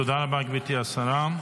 תודה רבה, גברתי השרה.